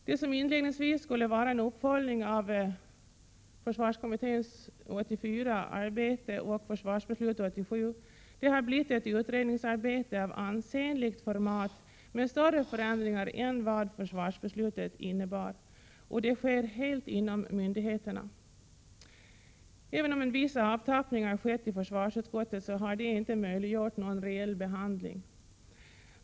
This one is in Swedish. Det som inledningsvis skulle vara en uppföljning av försvarskommitténs arbete 1984 och försvarsbeslutet 1987 har blivit ett utredningsarbete av ansenligt format med större förändringar än vad försvarsbeslutet innebar, och det sker helt inom myndigheterna. Även om en viss avtappning har skett i försvarsutskottet, har det inte möjliggjort någon reell behandling.